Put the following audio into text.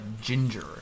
ginger